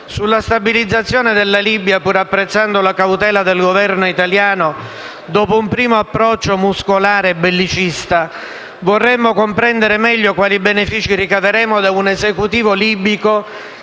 Sulla stabilizzazione della Libia, pur apprezzando la cautela del Governo italiano, dopo un primo approccio muscolare e bellicista, vorremmo comprendere meglio quali benefici ricaveremo da un Esecutivo libico